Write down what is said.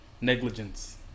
negligence